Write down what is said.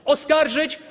Oskarżyć